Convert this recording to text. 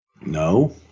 no